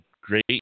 great